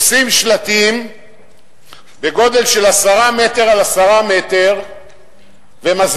עושים שלטים בגודל של 10 מטר על 10 מטר ומסבירים